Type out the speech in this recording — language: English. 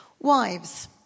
Wives